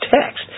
text